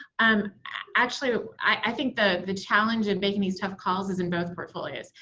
um actually, i think the the challenge in making these tough calls is in both portfolios.